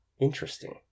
Interesting